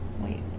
Wait